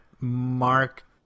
mark